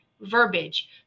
verbiage